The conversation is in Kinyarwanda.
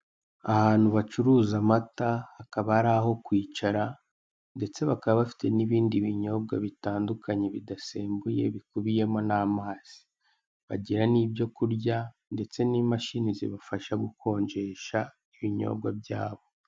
Ahantu bacuruza amata hakaba hari aho kwicara ndetse bakaba bafite n'ibindi binyobwa bitandukanye bidasembuye bikubiyemo n'amazi. Bagira n'ibyo kurya ndetse n'imashini zibafasha gukonjesha ibinyobwa byabo.